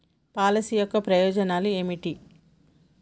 Policy యొక్క ప్రయోజనాలు ఏమిటి?